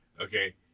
Okay